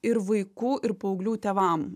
ir vaikų ir paauglių tėvam